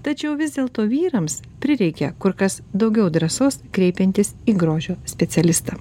tačiau vis dėlto vyrams prireikia kur kas daugiau drąsos kreipiantis į grožio specialistą